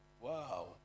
Wow